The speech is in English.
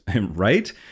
right